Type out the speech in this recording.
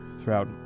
throughout